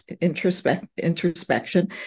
introspection